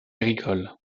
agricole